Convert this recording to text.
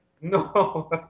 No